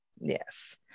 yes